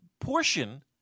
portion